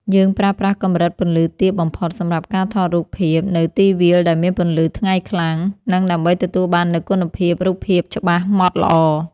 យើងប្រើប្រាស់កម្រិតពន្លឺទាបបំផុតសម្រាប់ការថតរូបភាពនៅទីវាលដែលមានពន្លឺថ្ងៃខ្លាំង និង ដើម្បីទទួលបាននូវគុណភាពរូបភាពច្បាស់ម៉ដ្ឋល្អ។